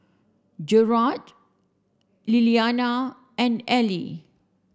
Gearld Lilianna and Eli